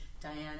Diana